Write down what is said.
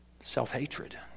Self-hatred